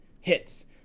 hits